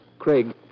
Craig